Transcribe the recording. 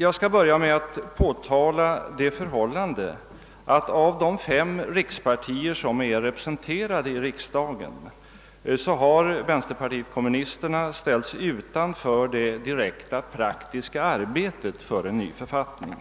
Jag skall börja med att påtala det förhållandet, att av de fem rikspartier som är representerade i riksdagen har Vänsterpartiet kommunisterna ställts utanför det direkta praktiska arbetet för en ny författning.